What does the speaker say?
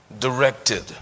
directed